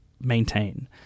maintain